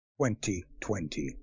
2020